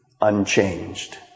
unchanged